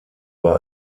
war